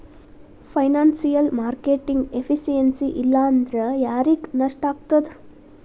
Financial marketing efficiency ಇಲ್ಲಾಂದ್ರ ಯಾರಿಗ್ ನಷ್ಟಾಗ್ತದ?